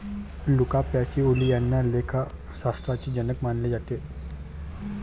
Luca Pacioli यांना लेखाशास्त्राचे जनक मानले जाते